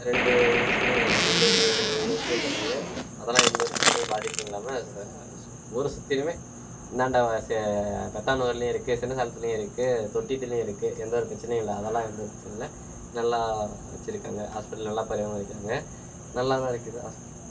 ரெண்டு ஊசியுமே ரெண்டு ஊசியுமே போட்டாங்க அதெல்லாம் எந்த ஒரு பிரச்சினையும் பாதிப்பும் இல்லாமல் ஊரை சுற்றிலுமே இந்தாண்ட செ பெத்தானூர்லேயும் இருக்குது சின்ன சேலத்துலேயும் இருக்குது தொட்டித்துலியும் இருக்குது எந்த ஒரு பிரச்சினையும் இல்லை அதெல்லாம் எந்த ஒரு பிரச்சினையும் இல்லை நல்லா வச்சுருக்காங்க ஹாஸ்பிட்டல் நல்லா பராமரிக்கிறாங்க நல்லா தான் இருக்குது ஹாஸ்பிட்டல்